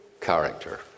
character